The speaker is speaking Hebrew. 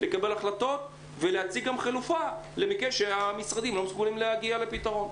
לקבל החלטות ולהציג גם חלופה במקרה שהמשרדים לא מצליחים להגיע לפתרון.